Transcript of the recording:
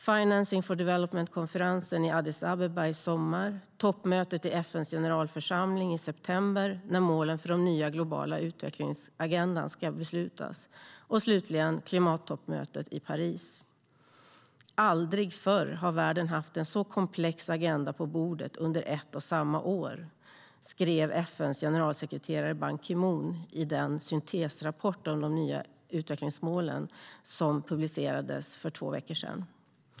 Financing for development-konferensen äger rum i Addis Abeba i sommar och toppmötet i FN:s generalförsamling i september, då målen för den nya globala utvecklingsagendan ska beslutas, och sedan har vi klimattoppmötet i Paris.Aldrig förr har världen haft en så komplex agenda på bordet under ett och samma år, skrev FN:s generalsekreterare Ban Ki Moon i den syntesrapport om de nya utvecklingsmålen som publicerades för två veckor sedan.